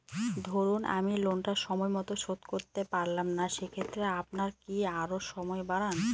ধরুন আমি লোনটা সময় মত শোধ করতে পারলাম না সেক্ষেত্রে আপনার কি আরো সময় বাড়ান?